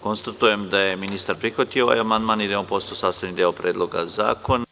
Konstatujem da je ministar prihvatio ovaj amandman i da je on postao sastavni deo Predloga zakona.